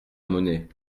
monnaie